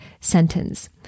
sentence